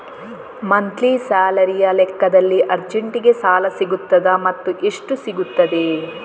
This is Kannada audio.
ಮಂತ್ಲಿ ಸ್ಯಾಲರಿಯ ಲೆಕ್ಕದಲ್ಲಿ ಅರ್ಜೆಂಟಿಗೆ ಸಾಲ ಸಿಗುತ್ತದಾ ಮತ್ತುಎಷ್ಟು ಸಿಗುತ್ತದೆ?